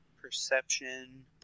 Perception